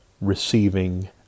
receiving